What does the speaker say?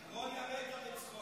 גולדה מתה מצחוק.